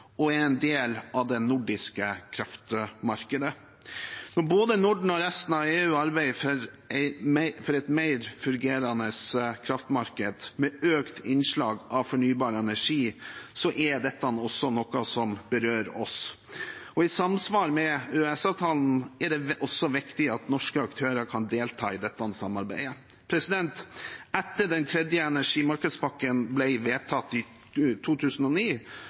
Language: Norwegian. og er en del av det nordiske kraftmarkedet. Når både Norden og resten av EU arbeider for et mer fungerende kraftmarked med økt innslag av fornybar energi, er dette også noe som berører oss. I samsvar med EØS-avtalen er det også viktig at norske aktører kan delta i dette samarbeidet. Etter at den tredje energimarkedspakken ble vedtatt i 2009,